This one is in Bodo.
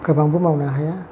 गोबांबो मावनो हाया